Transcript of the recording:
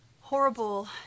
horrible